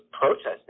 protesting